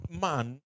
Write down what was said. man